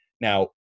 now